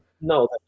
No